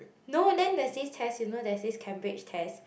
no then there is test you know there is this Cambridge test